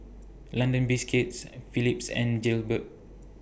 London Biscuits Phillips and Jaybird